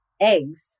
eggs